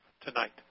tonight